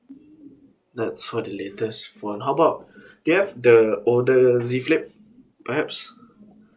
that's for the latest phone how about do you have the older Z flip perhaps